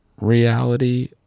reality